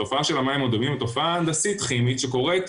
התופעה של המים אדומים היא תופעה הנדסית כימית שקורית.